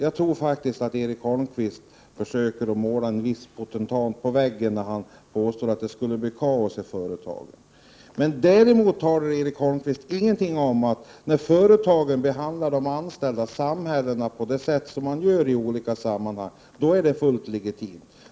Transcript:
Jag tror faktiskt att Erik Holmkvist försöker att måla en viss potentat på väggen, när han påstår att det skulle bli kaos i företagen. Däremot talar Erik Holmkvist ingenting om det sätt som företagen behandlar anställda och samhällen på i olika sammanhang. Då är det fullt legitimt.